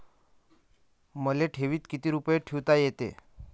मले ठेवीत किती रुपये ठुता येते?